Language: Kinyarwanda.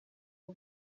ubu